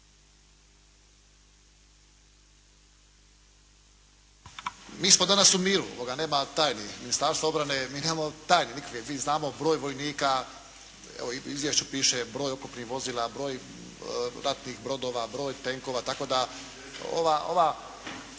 Mi smo danas u miru, nema tajni. Ministarstvo obrane, mi nemamo tajne nikakve. Mi znamo broj vojnika, evo u izvješću piše broj oklopnih vozila, broj ratnih brodova, broj tenkova, tako da ovaj